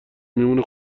میمونه